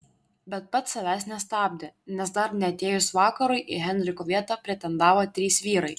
bet pats savęs nestabdė nes dar neatėjus vakarui į henriko vietą pretendavo trys vyrai